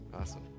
awesome